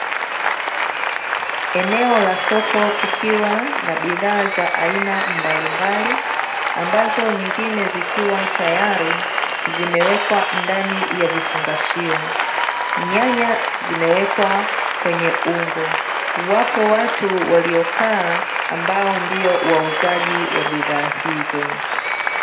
Eneo la soko kukiwa na bidhaa za aina mbalimbali, ambazo nyingine zikiwa tayari zimewekwa ndani ya vifungashio. nyanya zimewekwa kwenye ungo, wapo watu waliokaa ambao ndio wauzaji wa bidhaa hizo.